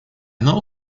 know